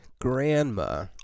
grandma